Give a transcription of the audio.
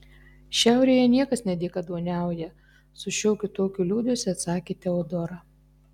šiaurėje niekas nedykaduoniauja su šiokiu tokiu liūdesiu atsakė teodora